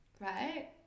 Right